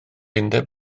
undeb